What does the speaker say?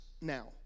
now